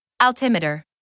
altimeter